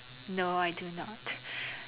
no I do not